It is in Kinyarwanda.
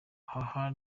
aha